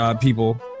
people